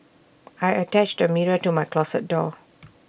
I attached A mirror to my closet door